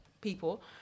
people